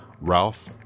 Ralph